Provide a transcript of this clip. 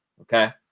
Okay